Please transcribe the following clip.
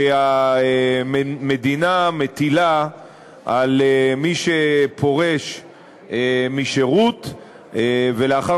שהמדינה מטילה על מי שפורש משירות המדינה ולאחר